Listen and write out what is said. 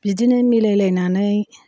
बिदिनो मिलाय लायनानै